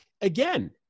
again